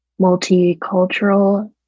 multicultural